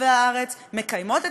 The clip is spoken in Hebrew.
אתה יודע, אתה עכשיו מצמצם את זה.